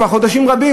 כבר חודשים רבים,